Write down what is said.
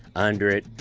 under it,